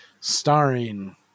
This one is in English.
starring